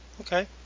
okay